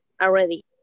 already